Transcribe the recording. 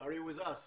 האם אתה איתנו?